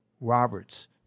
Roberts